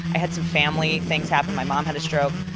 i had some family things happen. my mom had a stroke.